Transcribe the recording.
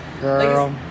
Girl